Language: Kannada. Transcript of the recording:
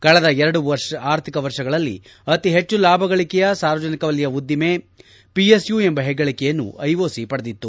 ಕಳೆದ ಎರಡು ಆರ್ಥಿಕ ವರ್ಷಗಳಲ್ಲಿ ಅತಿ ಹೆಚ್ಚು ಲಾಭ ಗಳಿಕೆಯ ಸಾರ್ವಜನಿಕ ವಲಯ ಉದ್ಲಿಮೆ ಪಿಎಸ್ಯು ಎಂಬ ಹೆಗ್ಗಳಿಕೆಯನ್ನು ಐಒಸಿ ಪಡೆದಿತ್ತು